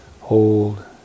hold